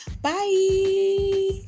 Bye